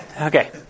Okay